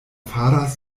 faras